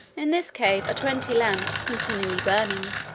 in this cave are twenty lamps continually burning,